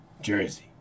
Jersey